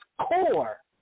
core